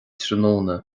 tráthnóna